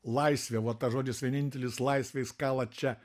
laisvė va tas žodis vienintelis laisvė jis kala čia